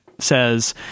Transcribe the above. Says